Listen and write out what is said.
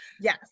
Yes